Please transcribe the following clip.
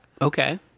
Okay